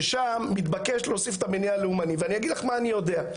ששם מתבקש להוסיף את המניע הלאומני ואני אגיד לך מה אני יודע,